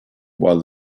while